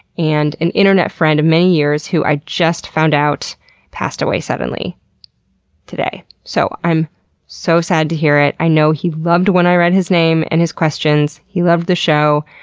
and and internet friend of many years who i just found out passed away suddenly today. so i'm so sad to hear it, i know he loved when i read his name and his questions. he loved the show.